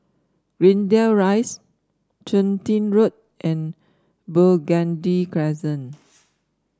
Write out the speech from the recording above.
Greendale Rise Chun Tin Road and Burgundy Crescent